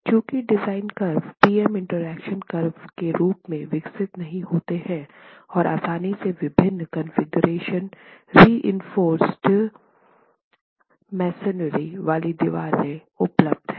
चूंकि design curve P M interaction curve के रूप में विकसित नहीं होते हैं और आसानी से विभिन्न कॉन्फ़िगरेशंस रिइंफोर्सड मसोनरी वाली दीवारें उपलब्ध हैं